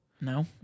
No